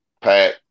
Pat